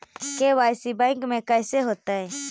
KYC bank में कैसे होतै?